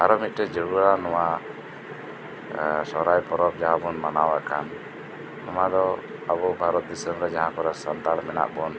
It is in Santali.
ᱟᱨᱳ ᱢᱤᱫᱴᱮᱱ ᱡᱟᱹᱨᱩᱲᱟ ᱱᱚᱣᱟ ᱥᱚᱦᱚᱨᱟᱭ ᱯᱚᱨᱚᱵᱽ ᱡᱟᱦᱟᱵᱩ ᱢᱟᱱᱟᱣᱮᱫ ᱠᱟᱱ ᱱᱚᱣᱟ ᱫᱚ ᱟᱵᱩ ᱵᱷᱟᱨᱚᱛ ᱫᱤᱥᱟᱹᱢ ᱨᱮ ᱡᱟᱦᱟᱸ ᱠᱚᱨᱮ ᱥᱟᱱᱛᱟᱲ ᱢᱮᱱᱟᱜ ᱵᱩᱱ